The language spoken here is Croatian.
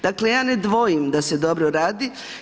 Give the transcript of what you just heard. Dakle ja ne dvojim da se dobro radi.